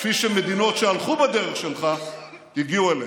כפי שמדינות שהלכו בדרך שלך הגיעו אליה.